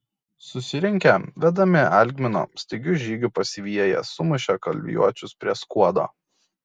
susirinkę vedami algmino staigiu žygiu pasiviję jie sumušė kalavijuočius prie skuodo